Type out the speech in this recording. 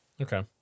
Okay